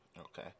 Okay